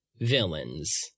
Villains